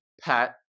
pet